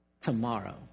tomorrow